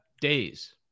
days